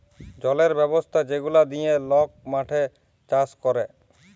জলের ব্যবস্থা যেগলা দিঁয়ে লক মাঠে চাষ ক্যরে